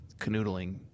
canoodling